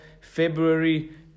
february